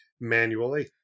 manually